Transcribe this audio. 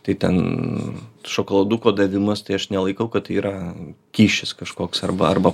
tai ten šokoladuko davimas tai aš nelaikau kad yra kyšis kažkoks arba arba